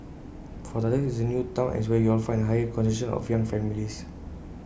for starters IT is A new Town and it's where you'll find A higher concentration of young families